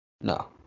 No